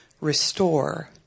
restore